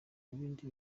ibindi